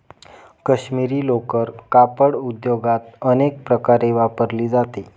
काश्मिरी लोकर कापड उद्योगात अनेक प्रकारे वापरली जाते